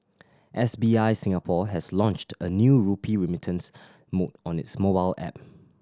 S B I Singapore has launched a new rupee remittance mode on its mobile app